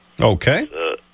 Okay